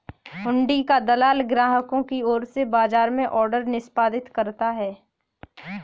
हुंडी का दलाल ग्राहकों की ओर से बाजार में ऑर्डर निष्पादित करता है